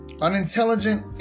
Unintelligent